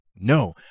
No